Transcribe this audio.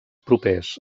propers